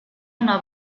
una